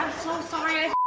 so sorry